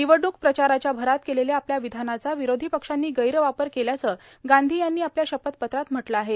निवडणूक प्रचाराच्या भरात केलेल्या आपल्या विधानाचा विरोधी पक्षांनी गैरवापर केल्याचं गांधी यांनी आपल्या शपथपत्रात म्हटलं आहे